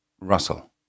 Russell